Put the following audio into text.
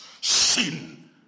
sin